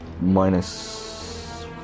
minus